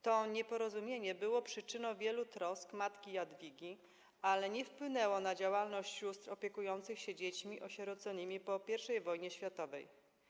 To nieporozumienie było przyczyną wielu trosk matki Jadwigi, ale nie wpłynęło na działalność sióstr opiekujących się dziećmi osieroconymi po I wojnie światowej.